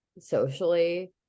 socially